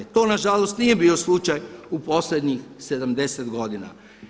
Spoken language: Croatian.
To nažalost nije bio slučaj u posljednjih 70 godina.